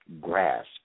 grasp